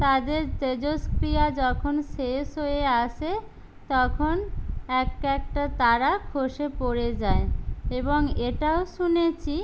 তাদের তেজষ্ক্রিয়া যখন শেষ হয়ে আসে তখন এক একটা তারা খসে পড়ে যায় এবং এটাও শুনেছি